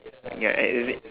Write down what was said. ya I is it